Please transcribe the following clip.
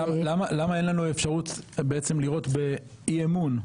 למה אין לנו אפשרות בעצם לראות באי אמון?